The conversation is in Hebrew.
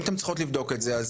אם אתן צריכות לבדוק את זה.